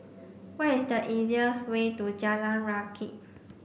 what is the easiest way to Jalan Rakit